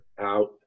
out